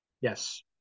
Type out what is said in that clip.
yes